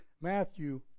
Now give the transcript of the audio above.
Matthew